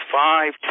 five